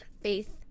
faith